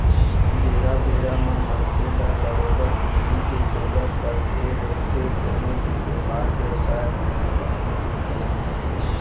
बेरा बेरा म मनसे ल बरोबर पूंजी के जरुरत पड़थे रहिथे कोनो भी बेपार बेवसाय, धंधापानी के करे म